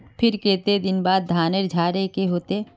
फिर केते दिन बाद धानेर झाड़े के होते?